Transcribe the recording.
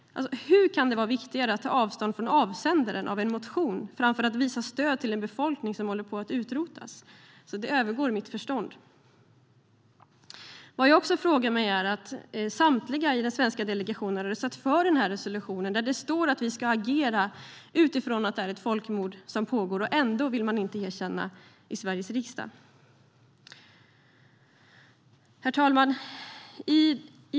Hur kan det vara viktigare att ta avstånd från avsändaren av en motion än att visa stöd för en befolkning som håller på att utrotas? Det övergår mitt förstånd. Samtliga i den svenska delegationen har röstat för resolutionen, där det står att vi ska agera utifrån att det är ett folkmord som pågår. Ändå vill man inte erkänna detta i Sveriges riksdag, och jag frågar mig varför. Herr talman!